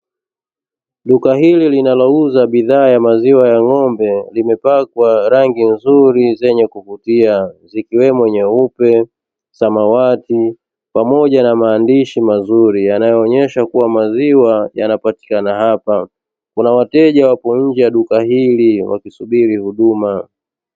Duka hili linalouza bidhaa ya maziwa ya ng'ombe limepakwa rangi nzuri za kuvutia ikiwemo samawati pamoja na maandishi mazuri yanayoonyesha kuwa maziwa yanapatikana hapa, kuna wateja wapo nje ya duka hili wakisubiri huduma.